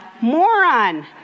Moron